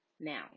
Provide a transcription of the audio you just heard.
Now